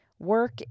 Work